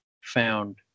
found